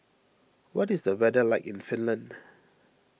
what is the weather like in Finland